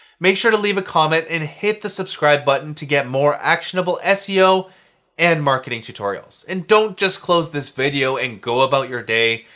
make sure to leave a comment and hit the subscribe button to get more actionable seo and marketing tutorials. and don't just close this video and go about your day.